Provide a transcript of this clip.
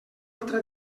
altra